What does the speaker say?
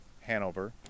Hanover